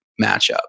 matchup